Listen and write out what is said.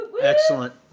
Excellent